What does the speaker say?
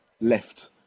left